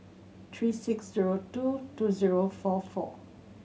three six zero two two zero four four